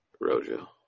Rojo